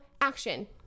action